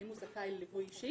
האם הוא זכאי לליווי אישי?